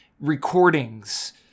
recordings